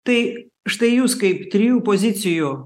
tai štai jūs kaip trijų pozicijų